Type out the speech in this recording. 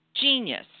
Genius